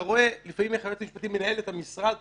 לפעמים אתה רואה איך היועץ המשפטי מנהל את המשרד,